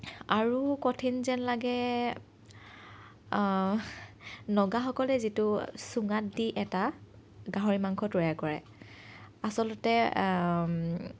আৰু কঠিন যেন লাগে নগাসকলে যিটো চুঙাত দি এটা গাহৰি মাংস তৈয়াৰ কৰে আচলতে